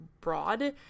broad